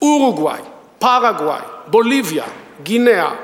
אורוגוואי, פרגוואי, בוליביה, גינאה.